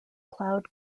cloud